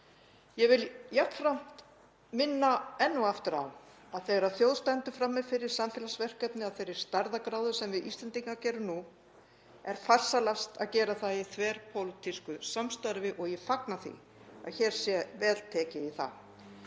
Ég vil jafnframt minna enn og aftur á að þegar þjóð stendur frammi fyrir samfélagsverkefni af þeirri stærðargráðu sem við Íslendingar gerum nú er farsælast að gera það í þverpólitísku samstarfi og ég fagna því að hér sé vel tekið í það.